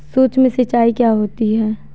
सुक्ष्म सिंचाई क्या होती है?